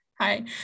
Hi